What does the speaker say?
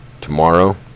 Tomorrow